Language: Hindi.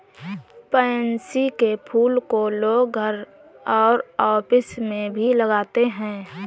पैन्सी के फूल को लोग घर और ऑफिस में भी लगाते है